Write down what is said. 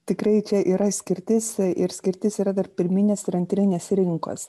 tikrai čia yra skirtis ir skirtis yra tarp pirminės ir antrinės rinkos